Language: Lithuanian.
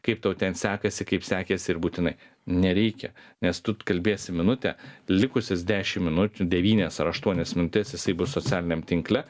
kaip tau ten sekasi kaip sekėsi ir būtinai nereikia nes tu kalbėsi minutę likusias dešim minuč devynias ar aštuonias minutes jisai bus socialiniam tinkle